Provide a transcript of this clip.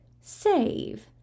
save